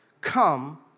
come